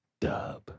dub